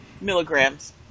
milligrams